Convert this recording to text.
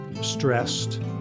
stressed